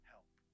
Help